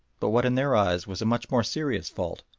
but what in their eyes was a much more serious fault,